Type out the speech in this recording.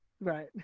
Right